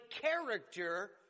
character